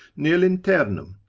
near linternum,